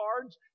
cards